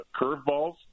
curveballs